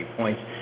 points